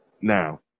now